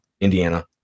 Indiana